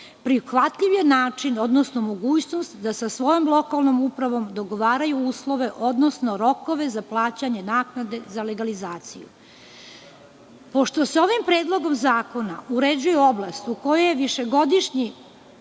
prihvatljiv je način, odnosno mogućnost da sa svojom lokalnom upravom dogovaraju uslove, odnosno rokove za plaćanje naknade za legalizaciju. Pošto se ovim predlogom zakona uređuje oblast u kojoj je višegodišnji,